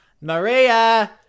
Maria